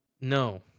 No